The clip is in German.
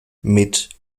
mit